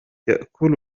يأكل